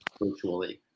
virtually